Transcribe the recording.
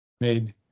made